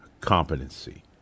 competency